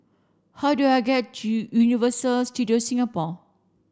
how do I get to Universal Studios Singapore